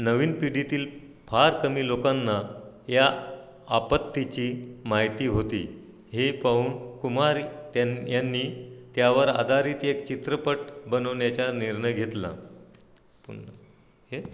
नवीन पिढीतील फार कमी लोकांना या आपत्तीची माहिती होती हे पाहून कुमार त्यां यांनी त्यावर आधारित एक चित्रपट बनवण्याचा निर्णय घेतला ओके